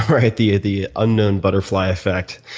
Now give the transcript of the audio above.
right, the ah the unknown butterfly effect,